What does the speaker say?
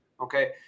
Okay